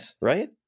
right